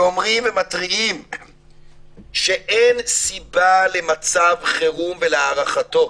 שאומרים ומתריעים שאין סיבה למצב חירום ולהארכתו.